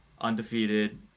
undefeated